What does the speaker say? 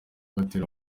gatera